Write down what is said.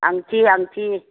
आंथि आंथि